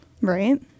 Right